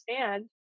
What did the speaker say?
understand